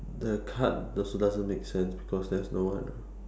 the card so doesn't make sense because there's no one